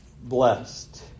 blessed